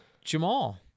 Jamal